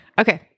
Okay